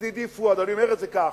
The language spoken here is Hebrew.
ידידי פואד, אני אומר את זה כך: